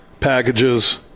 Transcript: Packages